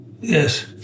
Yes